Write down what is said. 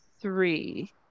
three